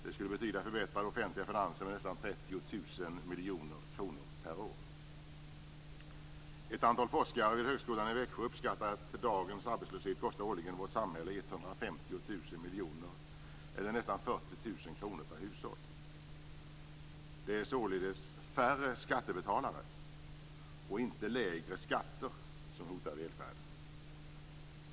Det skulle betyda förbättrade offentliga finanser med nästan 30 000 Ett antal forskare vid högskolan i Växjö uppskattar att dagens arbetslöshet årligen kostar vårt samhälle 150 000 miljoner kronor, eller nästan 40 000 kr per hushåll. Det är således färre skattebetalare och inte lägre skatter som hotar välfärden.